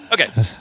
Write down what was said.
okay